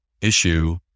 issue